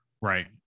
Right